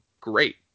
great